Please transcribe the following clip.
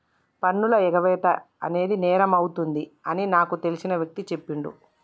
పన్నుల ఎగవేత అనేది నేరమవుతుంది అని నాకు తెలిసిన వ్యక్తి చెప్పిండు